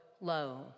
low